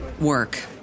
work